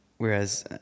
whereas